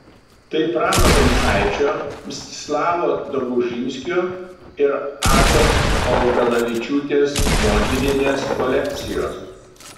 tai prano domšaičio mstislavo dobužinskio ir ados paldavičiūtės montvydienės kolekcijos